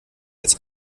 als